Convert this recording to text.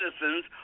citizens